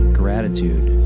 gratitude